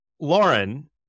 lauren